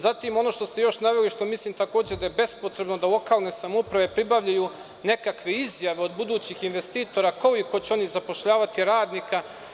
Zatim, ono što ste još naveli, što mislim takođe da je bespotrebno, da lokalne samouprave pribavljaju nekakve izjave od budućih investitora, koliko će oni zapošljavati radnika.